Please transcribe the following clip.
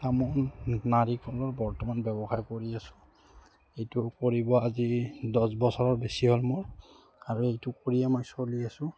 তামোল নাৰিকলৰ বৰ্তমান ব্যৱহাৰ কৰি আছো এইটো কৰিব আজি দহ বছৰ বেছি হ'ল মোৰ আৰু এইটো কৰিয়ে মই চলি আছো